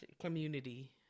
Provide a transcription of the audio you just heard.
community